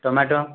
tomato